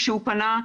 כשהוא פנה,